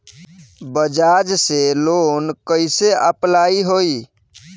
बजाज से लोन कईसे अप्लाई होई?